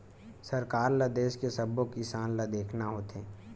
सरकार ल देस के सब्बो किसान ल देखना होथे